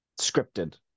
scripted